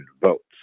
votes